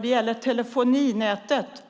Det är Telia som har ansvar för telefoninätet.